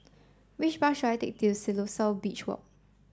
which bus should I take to Siloso Beach Walk